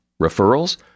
Referrals